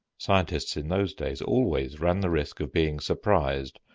scientists in those days always ran the risk of being surprised,